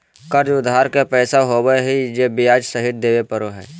कर्ज उधार के पैसा होबो हइ जे ब्याज सहित देबे पड़ो हइ